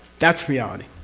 that's reality.